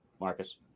Marcus